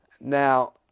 Now